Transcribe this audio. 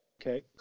Okay